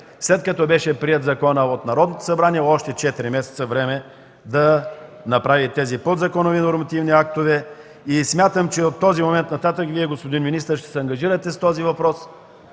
след като беше приет законът от Народното събрание, имаше 4 месеца време да направи тези подзаконови нормативни актове. Смятам, че от този момент нататък Вие, господин министър, ще се ангажирате с този въпрос